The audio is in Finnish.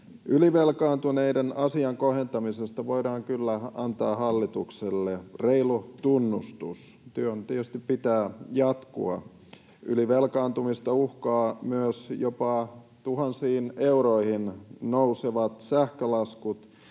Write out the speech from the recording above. Ylivelkaantuneiden asian kohentamisesta voidaan kyllä antaa hallitukselle reilu tunnustus. Työn tietysti pitää jatkua. Ylivelkaantumista uhkaavat myös jopa tuhansiin euroihin nousevat sähkölaskut